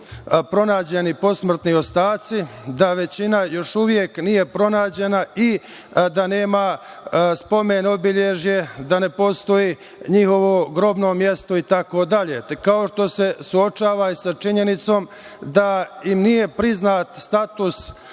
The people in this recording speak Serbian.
pronađeni posmrtni ostaci, da većina još uvek nije pronađena i da nema spomen obeležja, da ne postoji njihovo grobno mesto i tako dalje. Kao što se suočava i sa činjenicom da im nije priznat status